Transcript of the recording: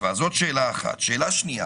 שאלה שנייה,